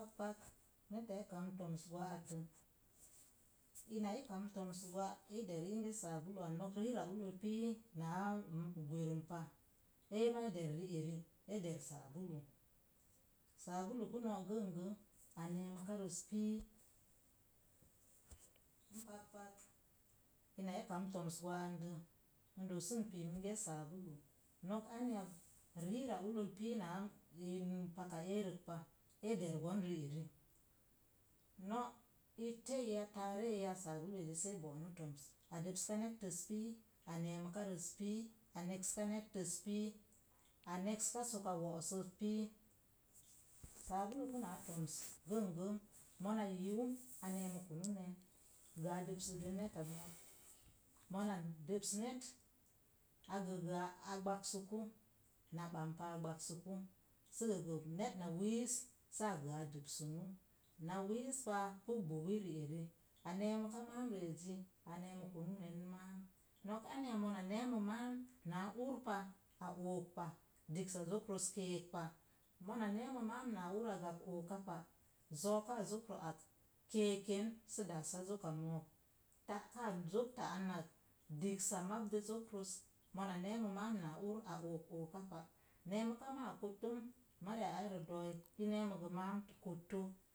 N pak pak neta é kam to̱ms gwa'attə, ina i kam to̱m gwa naa gwerium pa, eema e der ri. eri e der sabulu, sabulu pu no’ gəng gəng, a ne̱e̱mukarəs pii n pak pak, ina i kam to̱ms gwa'ande n doosən pii minge sabulu. no̱k anya ri'əa ullol pii náá paka eek pa. eder gwan rieri no’ itteya taare sabuluzzi sə é bo'nu to̱ms, a dəpska nettez pii a ne̱e̱məkarəz pii, a neks ka nettez pii, a nekska soka wo'osoz pii, sabulu punaa to̱ms gəng gəng mona yəu a ne̱e̱mukana nen, gə a depskin neta moot mona dəps net a gəgə a gbaksku, na bampa a gbaksku sə gəga net na wiis sə a gəə a dəpsunu, na wiss pa pu gbowi rieri a neemuka máámrə ezi a neemukunu nen máám. nok anya mona neemə máám na lirpa a o̱o̱kpa diksa zokros keepa, mona neemə mam náá úr a gak ookapa zo̱o̱kaa zokro ak ke̱e̱kken. Sə daasa zoka mo̱o̱k ta kaa zok ta'anak diksa mapdə zokros mona nemo máám náá ur a o̱o̱k ookapa. neemuka máá kottom, mariya áárə do̱o̱l i neemə gə maan kotto.